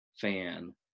fan